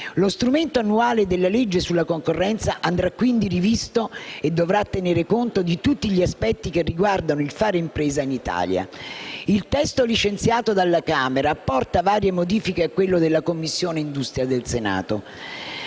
Lo strumento annuale della legge sulla concorrenza andrà quindi rivisto e dovrà tenere conto di tutti gli aspetti che riguardano il fare impresa in Italia. Il testo licenziato dalla Camera apporta varie modifiche a quello della Commissione industria del Senato.